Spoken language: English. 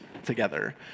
together